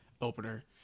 opener